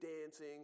dancing